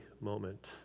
moment